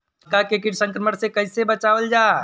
मक्का के कीट संक्रमण से कइसे बचावल जा?